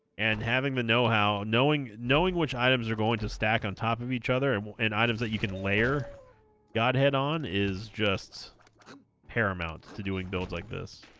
and having the know-how knowing knowing which items are going to stack on top of each other and and items that you can layer godhead on is just hair amounts to doing builds like this